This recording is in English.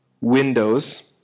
windows